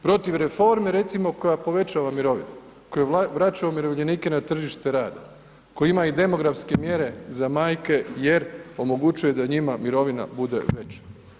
Protiv reforme recimo koja povećava mirovine, koja vraća umirovljenike na tržište rada, koja ima i demografske mjere za majke jer omogućuje da njima mirovina bude veća.